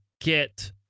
get